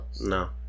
no